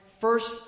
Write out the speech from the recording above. First